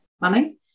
money